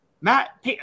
Matt